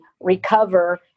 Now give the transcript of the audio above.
recover